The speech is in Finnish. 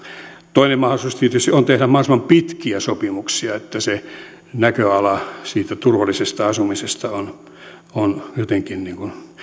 toinen mahdollisuus tietysti on tehdä mahdollisimman pitkiä sopimuksia että se näköala siitä turvallisesta asumisesta on on jotenkin